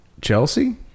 Chelsea